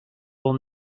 will